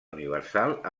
universal